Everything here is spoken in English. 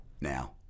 now